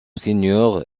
seigneur